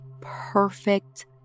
perfect